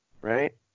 Right